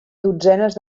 dotzenes